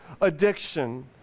Addiction